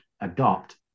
adopt